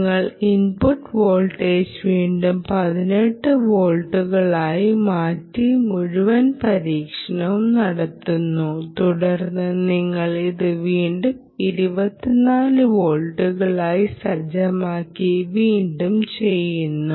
നിങ്ങൾ input voltage വീണ്ടും 18 വോൾട്ടുകളായി മാറ്റി മുഴുവൻ പരീക്ഷണവും നടത്തുന്നു തുടർന്ന് നിങ്ങൾ ഇത് വീണ്ടും 24 വോൾട്ടുകളായി സജ്ജമാക്കി വീണ്ടും ചെയ്യുന്നു